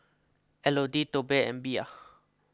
Elodie Tobe and Bea